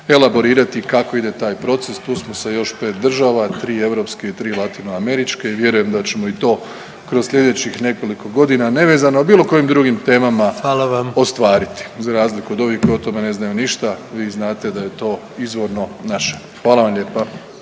elaborirati kako ide taj proces. Tu smo sa još 5 država, 2 europske i 3 latinoameričke i vjerujem da ćemo i to kroz slijedećih nekoliko godina nevezano o bilo kojim drugim temama …/Upadica: Hvala vam./… ostvariti za razliku od ovih kojih o tome ne znaju ništa vi znate da je to izvorno naše. Hvala vam lijepa.